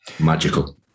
Magical